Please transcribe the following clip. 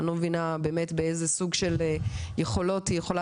אני לא מבינה באמת באיזה סוג של יכולות היא יכולה